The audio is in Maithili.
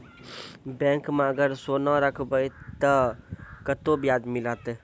बैंक माई अगर सोना राखबै ते कतो ब्याज मिलाते?